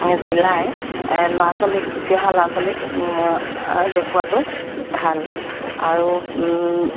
চিলাই ল'ৰা ছোৱালীক উঠি অহা ল'ৰা ছোৱালীক দেখুৱাতো ভাল আৰু